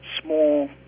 small